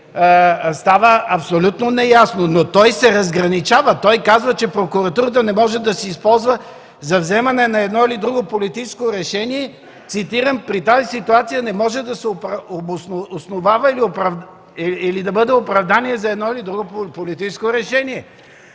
става абсолютно неясно, но той се разграничава. Той казва, че прокуратурата не може да се използва за вземане на едно или друго политическо решение. Цитирам: При тази ситуация не може да се основава или да бъде оправдание за едно или друго политическо решение.